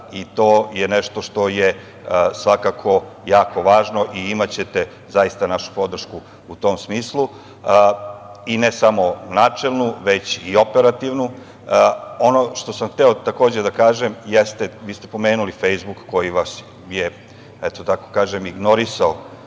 i to je nešto što je svakako jako važno i imaćete našu podršku u tom smislu i ne samo načelnu, već i operativnu. Ono što sam hteo takođe da kažem jeste, vi ste pomenuli Fejsbuk koji vas je ignorisao